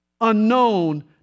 unknown